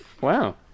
Wow